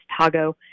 Tago